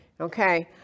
Okay